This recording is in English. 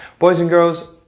boys and girls,